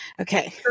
okay